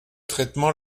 traitement